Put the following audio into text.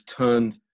turned